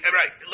right